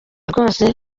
rwose